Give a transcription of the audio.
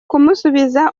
kumusubiza